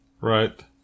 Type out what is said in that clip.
Right